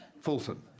Fulton